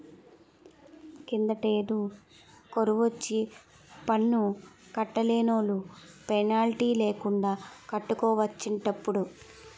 కిందటేడు కరువొచ్చి పన్ను కట్టలేనోలు పెనాల్టీ లేకండా కట్టుకోవచ్చటిప్పుడు